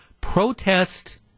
protest